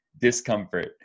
discomfort